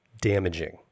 damaging